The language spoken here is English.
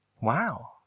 Wow